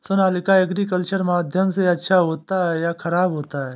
Sonalika agriculture माध्यम से अच्छा होता है या ख़राब होता है?